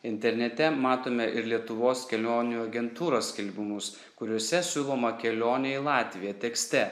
internete matome ir lietuvos kelionių agentūros skelbimus kuriuose siūloma kelionė į latviją tekste